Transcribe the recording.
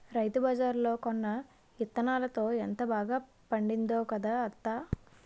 రైతుబజార్లో కొన్న యిత్తనాలతో ఎంత బాగా పండిందో కదా అత్తా?